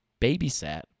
babysat